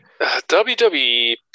WWE